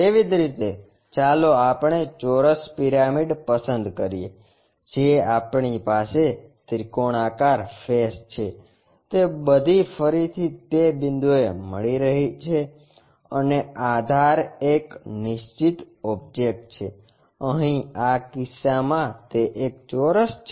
તેવી જ રીતે ચાલો આપણે ચોરસ પિરામિડ પસંદ કરીએ જે આપણી પાસે ત્રિકોણાકાર ફેસ છે તે બધી ફરીથી તે બિંદુએ મળી રહી છે અને આધાર એક નિશ્ચિત ઓબ્જેક્ટ છે અહીં આ કિસ્સામાં તે એક ચોરસ છે